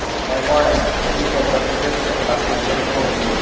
অ' হয় মই eighty five percents লাভ কৰিবলৈ সক্ষম হৈছিলোঁ